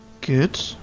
Good